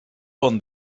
hwn